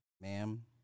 ma'am